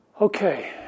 Okay